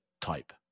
type